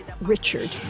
Richard